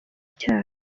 cyayo